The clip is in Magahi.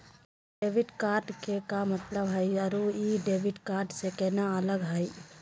क्रेडिट कार्ड के का मतलब हई अरू ई डेबिट कार्ड स केना अलग हई?